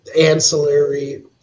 ancillary